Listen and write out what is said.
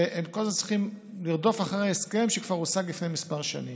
הם כל הזמן צריכים לרדוף אחרי ההסכם שכבר הושג לפני כמה שנים.